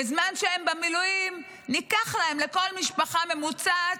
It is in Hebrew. בזמן שהם במילואים ניקח להם, לכל משפחה ממוצעת,